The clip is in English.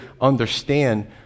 understand